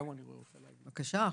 בבקשה.